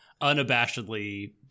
unabashedly